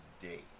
Day